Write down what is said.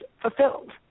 fulfilled